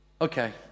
Okay